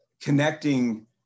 connecting